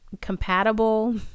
compatible